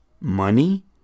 money